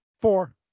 Four